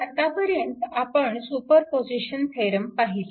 आतापर्यंत आपण superposition theorem पाहिला